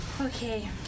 Okay